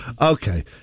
Okay